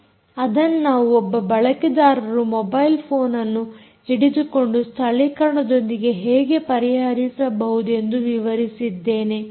ಅದನ್ನು ನಾವು ಒಬ್ಬ ಬಳಕೆದಾರರು ಮೊಬೈಲ್ ಫೋನ್ಅನ್ನು ಹಿಡಿದುಕೊಂಡು ಸ್ಥಳೀಕರಣದೊಂದಿಗೆ ಹೇಗೆ ಪರಿಹರಿಸಬಹುದೆಂದು ವಿವರಿಸಿದ್ದೇನೆ